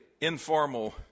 informal